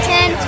Ten